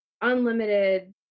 unlimited